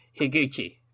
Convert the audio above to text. Higuchi